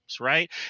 Right